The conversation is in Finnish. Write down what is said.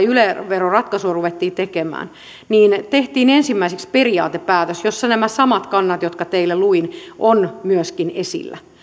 yle veroratkaisua ruvettiin tekemään tehtiin ensimmäiseksi periaatepäätös jossa nämä samat kannat jotka teille luin ovat myöskin esillä